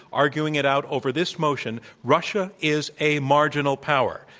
arguing it out over this motion, russia is a marginal power.